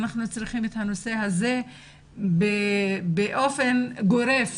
אנחנו צריכים את הנושא הזה באופן גורף